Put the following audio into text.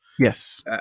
Yes